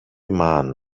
man